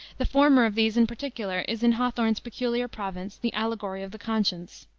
the former of these, in particular, is in hawthorne's peculiar province, the allegory of the conscience.